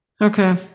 Okay